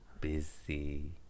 busy